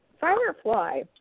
firefly